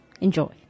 Enjoy